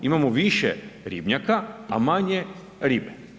Imamo više ribnjaka, a manje ribe.